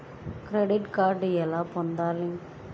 Credit card ఎలా పొందాలి?